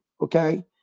okay